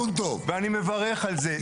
ואני מברך על זה,